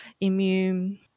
immune